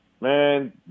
man